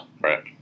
Right